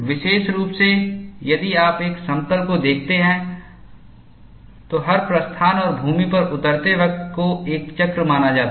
विशेष रूप से यदि आप एक समतल को देखते हैं तो हर प्रस्थान और भूमि पर उतरते वक्त को एक चक्र माना जाता है